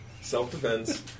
Self-defense